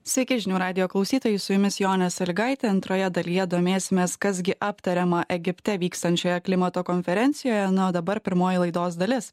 sveiki žinių radijo klausytojai su jumis jonė salygaitė antroje dalyje domėsimės kas gi aptariama egipte vykstančioje klimato konferencijoje na o dabar pirmoji laidos dalis